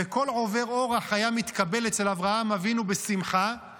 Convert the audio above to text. וכל עובר אורח היה מתקבל אצל אברהם אבינו בשמחה,